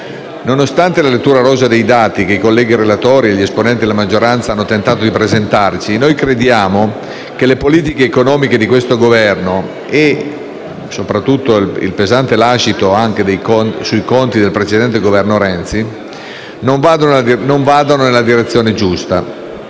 Nonostante la lettura rosea dei dati che i colleghi relatori e gli esponenti della maggioranza hanno tentato di presentarci, noi crediamo che le politiche economiche di questo Governo e soprattutto il pesante lascito sui conti del precedente Governo Renzi non vadano nella direzione giusta.